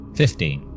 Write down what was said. fifteen